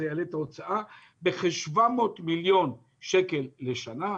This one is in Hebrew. יעלה את ההוצאה בכ-700,000,000 ₪ לשנה.